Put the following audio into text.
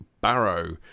Barrow